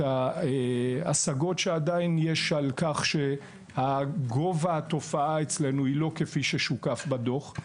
את ההשגות שעדיין יש על כך שגובה התופעה אצלנו הוא לא כפי ששוקף בדו"ח.